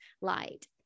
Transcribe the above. light